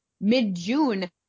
Mid-June